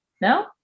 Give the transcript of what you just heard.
No